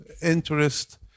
interest